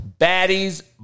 baddies